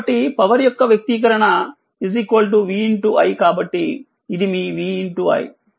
కాబట్టిపవర్ యొక్క వ్యక్తీకరణvi కాబట్టిఇది మీ vi